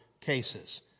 cases